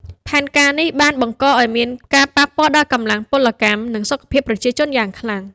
ផែនការនេះបានបង្កឱ្យមានការប៉ះពាល់ដល់កម្លាំងពលកម្ម និងសុខភាពប្រជាជនយ៉ាងខ្លាំង។